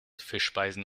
fischspeisen